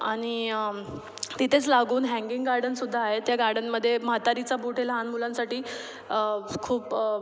आणि तिथेच लागून हँगिंग गार्डनसुद्धा आहे त्या गार्डनमध्ये म्हातारीचा बूट हे लहान मुलांसाठी खूप